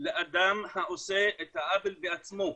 לאדם העושה את העוול עצמו.